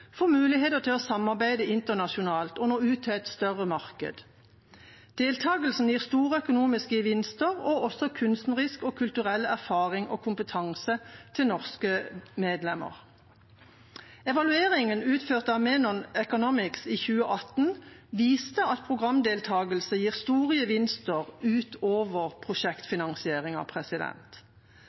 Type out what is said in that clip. muligheter til å samarbeide internasjonalt og nå ut til et større marked. Deltakelsen gir store økonomiske gevinster og også kunstnerisk og kulturell erfaring og kompetanse til norske medlemmer. Evalueringen, utført av Menon Economics i 2018, viste at programdeltakelse gir store gevinster utover